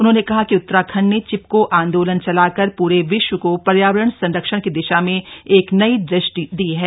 उन्होंने कहा कि उत्तराखंड ने चिपको आंदोलन चलाकर प्रे विश्व को पर्यावरण संरक्षण की दिशा में एक नई दृष्टि दी है